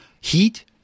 Heat